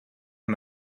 him